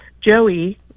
Joey